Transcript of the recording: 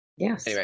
Yes